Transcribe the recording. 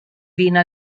vine